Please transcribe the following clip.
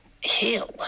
heal